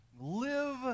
Live